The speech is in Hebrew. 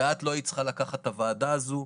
ואת לא היית צריכה לקחת את הוועדה הזו.